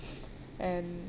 and